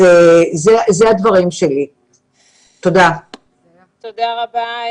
תודה רבה.